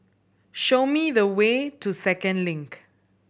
show me the way to Second Link